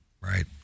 Right